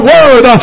Word